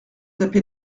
tapé